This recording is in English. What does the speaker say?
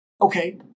okay